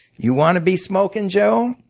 you want to be smoking joe?